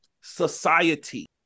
society